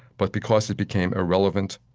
but because it became irrelevant,